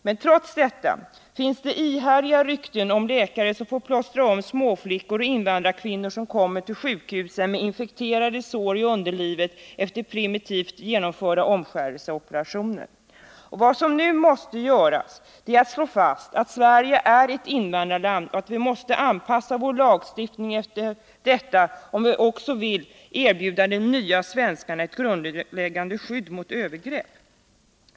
Men trots detta finns det ihärdiga rykten om läkare som får plåstra om småflickor och invandrarkvinnor som kommer till sjukhusen med infekterade sår i underlivet efter primitivt genomförda omskärelseoperationer. Vad som nu måste göras är att slå fast att Sverige är ett invandrarland och att vi måste anpassa vår lagstiftning efter detta om vi också vill erbjuda de nya svenskarna ett grundläggande skydd mot övergrepp.